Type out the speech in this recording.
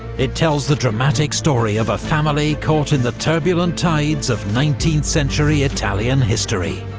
it tells the dramatic story of a family caught in the turbulent tides of nineteenth century italian history